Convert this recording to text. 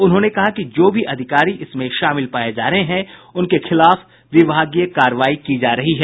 उन्होंने कहा कि जो भी अधिकारी इसमें शामिल पाये जा रहे हैं उनके खिलाफ विभागीय कार्रवाई की जा रही है